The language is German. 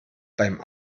beim